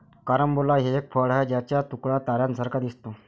carambola हे एक फळ आहे ज्याचा तुकडा ताऱ्यांसारखा दिसतो